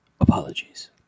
apologies